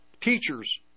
teachers